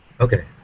Okay